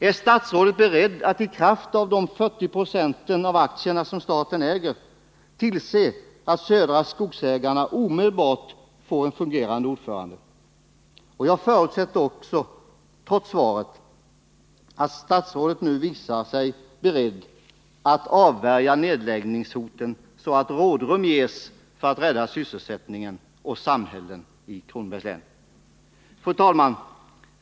Är statsrådet beredd att i kraft av de 40 90 av aktierna som staten äger tillse att Södra Skogsägarna omedelbart får en fungerande ordförande? Jag förutsätter, trots svaret, att statsrådet nu visar sig beredd att avvärja nedläggningshoten, så att rådrum ges för att rädda sysselsättningen och samhällena i Kronobergs län. Fru talman!